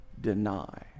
deny